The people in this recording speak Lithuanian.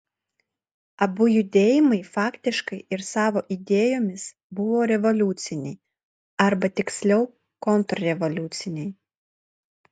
abu judėjimai faktiškai ir savo idėjomis buvo revoliuciniai arba tiksliau kontrrevoliuciniai